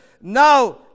Now